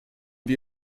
wir